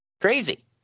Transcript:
Crazy